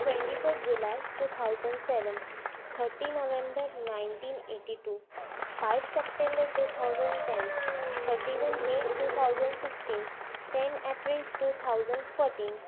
twenty four July two thousand seven thirty November nineteen eighty two five September two thousand ten thirty one may two thousand sixteen ten April two thousand fourteen